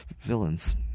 villains